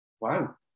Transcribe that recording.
wow